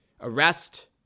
arrest